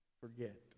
forget